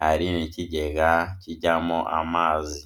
hari n'ikigega kijyamo amazi.